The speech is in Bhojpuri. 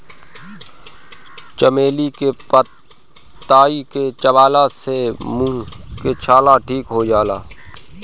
चमेली के पतइ के चबइला से मुंह के छाला ठीक हो जाला